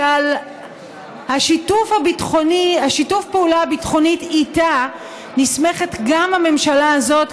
שעל שיתוף הפעולה הביטחוני איתה נסמכת גם הממשלה הזאת,